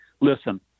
Listen